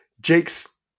Jake's